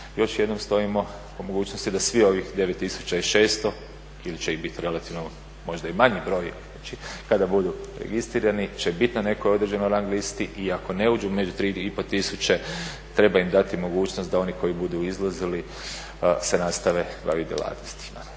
Još jednom stojimo po mogućnosti da svih ovih 9600 ili će ih biti relativno možda i manji broj znači kada budu registrirani će biti na nekoj određenoj rang listi i ako ne uđu među 3,5 tisuće treba im dati mogućnost da oni koji budu izlazili se nastave baviti djelatnostima.